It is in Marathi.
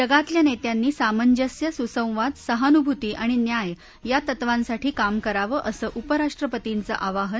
जगातल्या नेत्यांनी सामंजस्य सुसंवाद सहानुभूती आणि न्याय या तत्वांसाठी काम करावं असं उपराष्ट्रपतींचं आवाहन